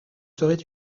serait